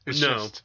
No